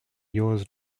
yours